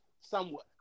somewhat